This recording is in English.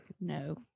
No